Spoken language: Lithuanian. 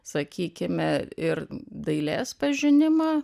sakykime ir dailės pažinimą tapome tokį